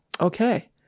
okay